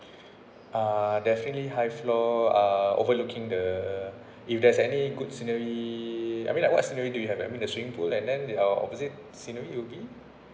ah definitely high floor uh overlooking the if there's any good scenery I mean like what scenery do you have I mean the swimming pool and then there are opposite scenery will be